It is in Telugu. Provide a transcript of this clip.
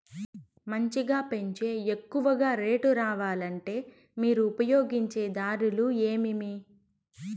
మంచిగా పెంచే ఎక్కువగా రేటు రావాలంటే మీరు ఉపయోగించే దారులు ఎమిమీ?